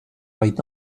right